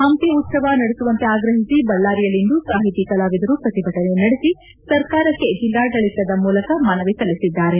ಹಂಪಿ ಉತ್ತವ ನಡೆಸುವಂತೆ ಆಗ್ರಹಿಸಿ ಬಳ್ದಾರಿಯಲ್ಲಿಂದು ಸಾಹಿತಿ ಕಲಾವಿದರು ಪ್ರತಿಭಟನೆ ನಡೆಸಿ ಸರ್ಕಾರಕ್ಕೆ ಜಿಲ್ಲಾಡಳಿತದ ಮೂಲಕ ಮನವಿ ಸಲ್ಲಿಸಿದರು